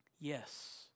Yes